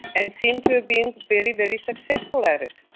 and seems to have been very, very successful at it.